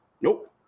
nope